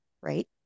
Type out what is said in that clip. right